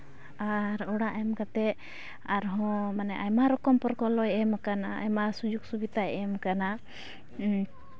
ᱟᱨ ᱚᱲᱟᱜ ᱮᱢ ᱠᱟᱛᱮᱫ ᱟᱨᱦᱚᱸ ᱢᱟᱱᱮ ᱟᱭᱢᱟ ᱨᱚᱠᱚᱢ ᱯᱨᱚᱠᱚᱞᱯᱚᱭ ᱮᱢ ᱠᱟᱱᱟ ᱟᱭᱢᱟ ᱥᱩᱡᱩᱜᱽ ᱥᱩᱵᱤᱛᱟᱭ ᱮᱢ ᱠᱟᱱᱟ